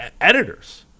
editors